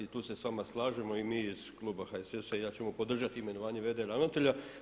I tu se s vama slažemo i mi iz kluba HSS-a i ja ćemo podržati imenovanje VD ravnatelja.